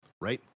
right